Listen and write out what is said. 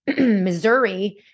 Missouri